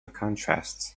contrasts